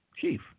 Chief